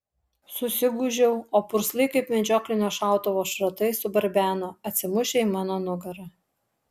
susigūžiau o purslai kaip medžioklinio šautuvo šratai subarbeno atsimušę į mano nugarą